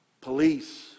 Police